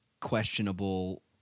questionable